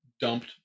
dumped